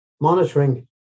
monitoring